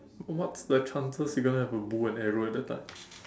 what's the chances you gonna have a bow and arrow at that time